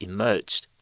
Emerged